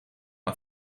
een